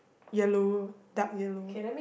yellow dark yellow